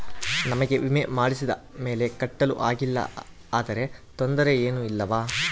ನಮಗೆ ವಿಮೆ ಮಾಡಿಸಿದ ಮೇಲೆ ಕಟ್ಟಲು ಆಗಿಲ್ಲ ಆದರೆ ತೊಂದರೆ ಏನು ಇಲ್ಲವಾ?